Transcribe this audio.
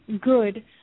good